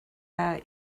our